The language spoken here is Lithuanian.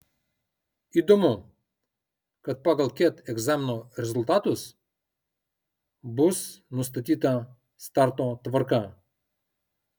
įdomu kad pagal ket egzamino rezultatus bus nustatyta starto tvarka